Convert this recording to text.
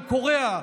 עם קוריאה,